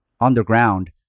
Underground